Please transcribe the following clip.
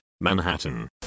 Manhattan